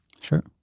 Sure